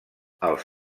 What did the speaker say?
els